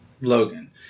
Logan